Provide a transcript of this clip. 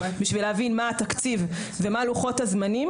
בשביל להבין מה התקציב ומהן לוחות הזמנים